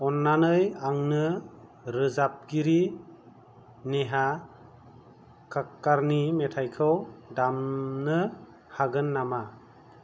अननानै आंनो रोजाबगिरि नेहा काक्कारनि मेथाइखौ दामनो हागोन नामा